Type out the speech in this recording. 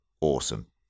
awesome